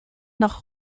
nach